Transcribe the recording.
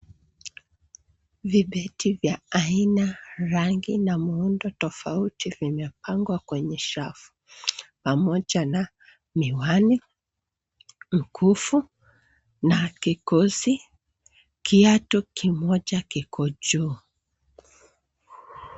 Vibeti vya aina, rangi na muundo tofauti vimepangwa kwenye safu pamoja na miwani, mikufu na kikozi. Kiatu kimoja kiko juu.